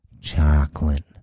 chocolate